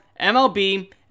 MLB